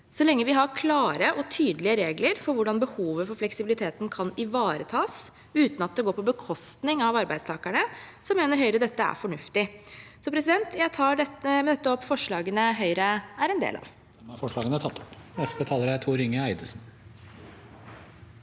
Så lenge vi har klare og tydelige regler for hvordan behovet for fleksibilitet kan ivaretas uten at det går på bekostning av arbeidstakerne, mener Høyre dette er fornuftig. Jeg tar med dette opp forslagene Høyre er med på. Presidenten